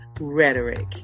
Rhetoric